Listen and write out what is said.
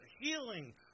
healing